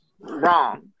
wrong